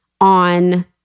on